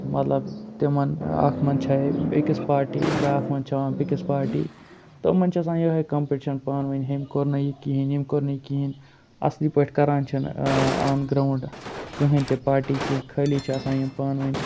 مطلب تِمَن اَکھ مَنٛدچھاہے أکِس پارٹی بیٛاکھ مںٛدچھاوان بیٚکِس پارٹی تِمَن چھِ آسان یِہٕے کَمپٹِشَن پانہٕ ؤنۍ ہُمۍ کوٚر نہٕ یہِ کِہیٖنۍ یٔمۍ کوٚر نہٕ یہِ کِہیٖنۍ اَصلی پٲٹھۍ کَران چھِنہٕ آن گرٛاوُنٛڈ کٕہٕنۍ تہِ پارٹی کینٛہہ خٲلی چھِ آسان یِم پانہٕ ؤنۍ